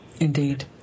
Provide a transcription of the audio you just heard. Indeed